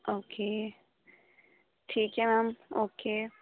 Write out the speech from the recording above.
okay ٹھیک ہے ma'am okay